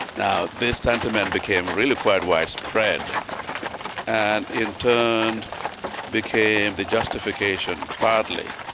now, this sentiment became really quite widespread and in turn became the justification, partly,